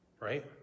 Right